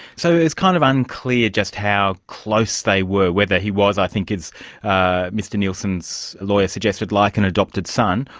so, it's kind of unclear just how close they were, whether he was, i think, as ah mr nielsen's lawyer suggested, like an adopted son,